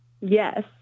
Yes